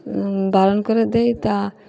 বারণ করে দিই তা